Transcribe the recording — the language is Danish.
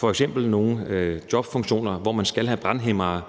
f.eks. nogle jobfunktioner, hvor man skal bruge brandhæmmere,